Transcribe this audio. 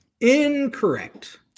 Incorrect